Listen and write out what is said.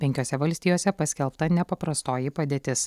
penkiose valstijose paskelbta nepaprastoji padėtis